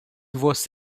você